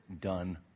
done